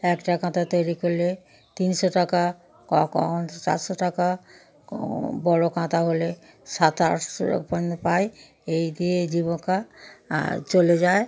একটা কাঁথা তৈরি করলে তিনশো টাকা কখনো চারশো টাকা বড় কাঁথা হলে সাত আটশোর উপর নিয়ে পাই এই দিয়ে জীবিকা চলে যায়